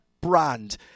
brand